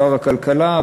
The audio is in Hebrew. שר הכלכלה,